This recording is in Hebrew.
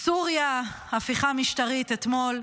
סוריה, הפיכה משטרית אתמול.